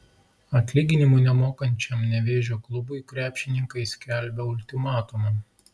atlyginimų nemokančiam nevėžio klubui krepšininkai skelbia ultimatumą